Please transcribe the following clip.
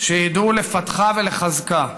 שידעו לפתחה ולחזקה.